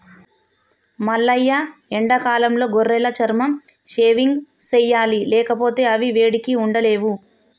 మల్లయ్య ఎండాకాలంలో గొర్రెల చర్మం షేవింగ్ సెయ్యాలి లేకపోతే అవి వేడికి ఉండలేవు